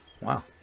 Wow